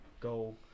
go